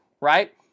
right